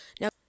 Now